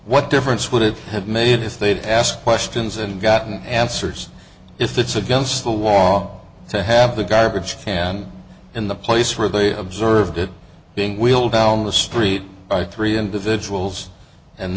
what difference would it have made if they had to ask questions and gotten answers if it's against the law to have the garbage fan in the place where they observed it being wheeled down the street by three individuals and